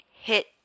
hit